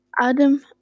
Adam